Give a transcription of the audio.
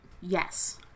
yes